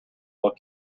look